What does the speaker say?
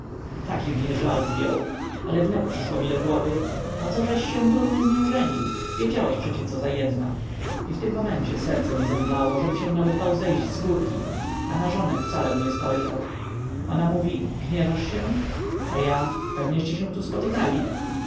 taki mnie żal zdjął ale wnet przyszło mi do głowy pocóżeś się durny z nią ożenił wiedziałeś przecie co za jedna i w tym momencie serce mi zemdlało żem się nawet bał zejść z górki a na żonę wcalem nie spojrzał ona mówi gniewasz się a ja pewnieście się tu spotykali